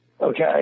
okay